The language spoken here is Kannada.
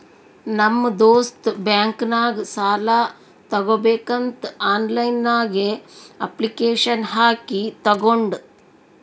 ನಮ್ ದೋಸ್ತ್ ಬ್ಯಾಂಕ್ ನಾಗ್ ಸಾಲ ತಗೋಬೇಕಂತ್ ಆನ್ಲೈನ್ ನಾಗೆ ಅಪ್ಲಿಕೇಶನ್ ಹಾಕಿ ತಗೊಂಡ್